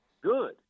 good